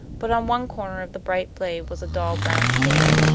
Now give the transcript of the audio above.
but on one corner of the bright blade was a dull brown stain.